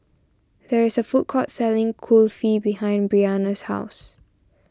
there is a food court selling Kulfi behind Breanna's house